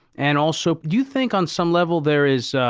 and also, do you think on some level, there is.